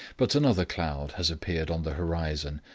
but another cloud has appeared on the horizon,